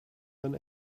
than